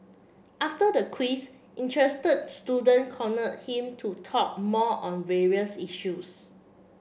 after the quiz interested student cornered him to talk more on various issues